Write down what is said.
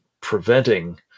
preventing